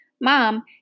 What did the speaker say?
Mom